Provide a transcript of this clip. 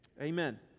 amen